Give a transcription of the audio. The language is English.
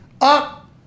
up